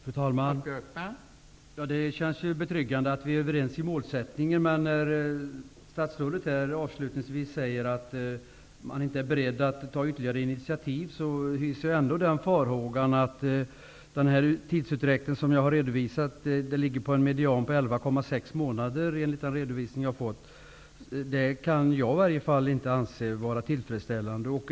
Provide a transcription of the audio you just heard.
Fru talman! Det känns betryggande att vi är överens om målsättningen. Men när statsrådet avslutningsvis i svaret säger att han inte är beredd att ta ytterligare initiativ hyser jag farhågor om den tidsutdräkt som jag har redovisat -- medianvärdet är 11,6 månader, enligt de uppgifter jag har fått. Jag kan inte anse att det är tillfredsställande.